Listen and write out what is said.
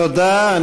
תודה.